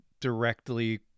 directly